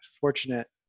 fortunate